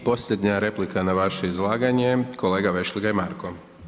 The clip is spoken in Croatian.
I posljednja replika na vaše izlaganje kolega VEšligaj Marko.